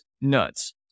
nuts